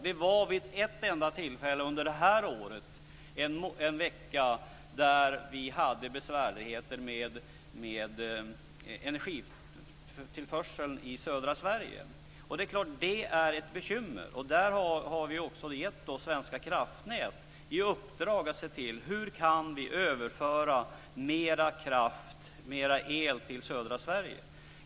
Det var ett enda tillfälle i år, en vecka, som det var besvärligheter med energitillförseln i södra Sverige. Det är klart att det var ett bekymmer. Därför har vi gett Svenska Kraftnät i uppdrag att se till hur man kan överföra mer el till södra Sverige.